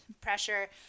pressure